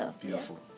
Beautiful